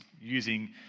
using